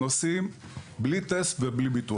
נוסעים בלי טסט ובלי ביטוח.